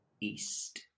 east